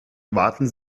waten